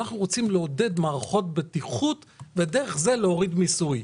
אנחנו רוצים לעודד מערכות בטיחות ודרך זה להוריד מיסוי.